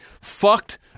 fucked